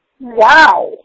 Wow